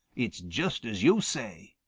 it's just as yo' say.